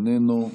איננו,